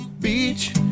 beach